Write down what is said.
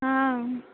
आं